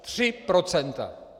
Tři procenta.